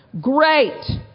great